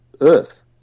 earth